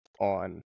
on